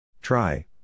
Try